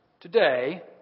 today